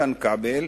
איתן כבל,